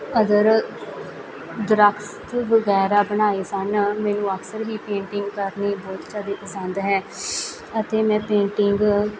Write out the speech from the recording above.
other ਦਰੱਖਤ ਵਗੈਰਾ ਬਣਾਏ ਸਨ ਮੈਨੂੰ ਅਕਸਰ ਹੀ ਪੇਂਟਿੰਗ ਕਰਨੀ ਬਹੁਤ ਜ਼ਿਆਦਾ ਪਸੰਦ ਹੈ ਅਤੇ ਮੈਂ ਪੇਂਟਿੰਗ